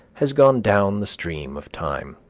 has gone down the stream of time.